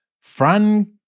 Fran